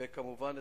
וכמובן,